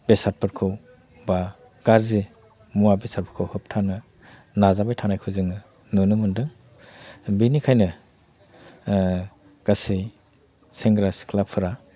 बेसादफोरखौ बा गाज्रि मुवा बेसादफोरखौ होब्थानो नाजाबाय थानायखौ जोङो नुनो मोनदों बेनिखायनो गासै सेंग्रा सिख्लाफोरा